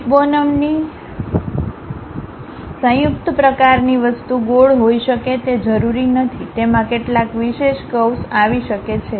heap બોનંની સંયુક્ત પ્રકારની વસ્તુ ગોળ હોઈ શકે તે જરૂરી નથી તેમાં કેટલાક વિશેષ કર્વ્સ આવી શકે છે